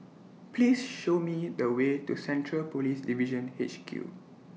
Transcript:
Please Show Me The Way to Central Police Division H Q